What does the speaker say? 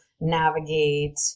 navigate